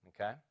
Okay